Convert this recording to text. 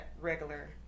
regular